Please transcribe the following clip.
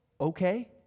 okay